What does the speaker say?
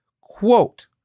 quote